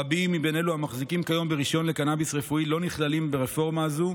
רבים מאלה המחזיקים כיום ברישיון לקנביס רפואי לא נכללים ברפורמה הזאת,